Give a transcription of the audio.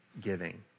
giving